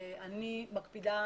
אני מקפידה,